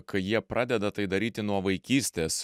kai jie pradeda tai daryti nuo vaikystės